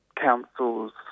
council's